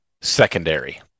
secondary